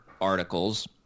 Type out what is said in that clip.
articles